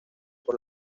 por